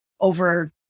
over